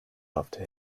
after